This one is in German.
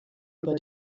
über